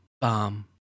bomb